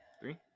Three